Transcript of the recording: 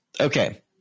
Okay